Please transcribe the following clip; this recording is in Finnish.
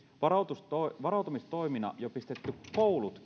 varautumistoimina jo pistetty koulut